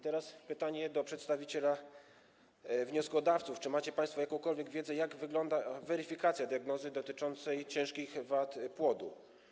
Teraz pytanie do przedstawiciela wnioskodawców: Czy macie państwo jakąkolwiek wiedzę, jak wygląda weryfikacja diagnozy dotyczącej ciężkich wad płodu?